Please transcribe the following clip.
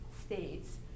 states